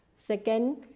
Second